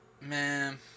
man